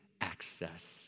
access